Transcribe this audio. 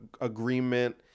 agreement